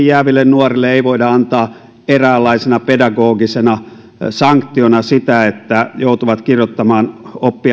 jääville nuorille ei voida antaa eräänlaisena pedagogisena sanktiona sitä että he joutuvat kirjoittamaan